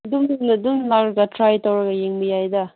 ꯑꯗꯨꯝ ꯅꯪꯅ ꯑꯗꯨꯝ ꯂꯥꯛꯂꯒ ꯇ꯭ꯔꯥꯏ ꯇꯧꯔꯒ ꯌꯦꯡꯕ ꯌꯥꯏꯗ